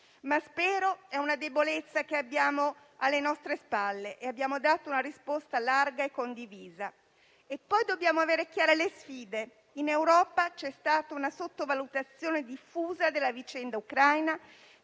che sia una debolezza alle nostre spalle, e abbiamo dato una risposta larga e condivisa. Dobbiamo poi avere chiare le sfide. In Europa c'è stata una sottovalutazione diffusa della vicenda ucraina